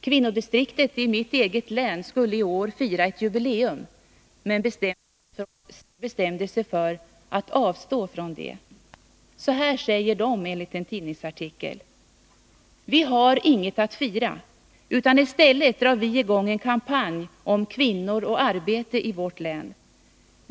Kvinnodistriktet i mitt eget län skulle i år fira ett jubileum, men bestämde sig för att avstå från detta. Så här säger de enligt en tidningsartikel: ”Vi har inget att fira, utan istället drar vi igång en kampanj om kvinnor och arbete i vårt län.